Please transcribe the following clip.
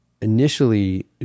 initially